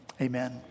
Amen